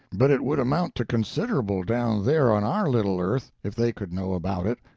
but it would amount to considerable down there on our little earth if they could know about it.